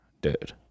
Dude